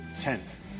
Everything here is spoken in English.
tenth